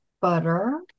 butter